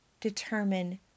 determine